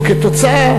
וכתוצאה,